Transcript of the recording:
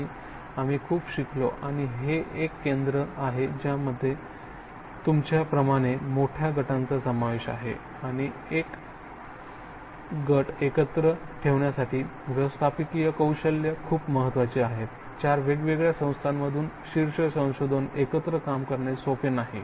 आणि आम्ही खूप काही शिकलो आणि हे एक केंद्र आहे ज्यामध्ये तुमच्या प्रमाणे मोठ्या गटांचा समावेश आहे आणि गट एकत्र ठेवण्यासाठी व्यवस्थापकीय कौशल्ये खूप महत्वाची आहेत चार वेगवेगळ्या संस्थांमधून शीर्ष संशोधक एकत्र काम करणे सोपे नाही